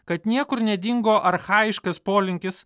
kad niekur nedingo archajiškas polinkis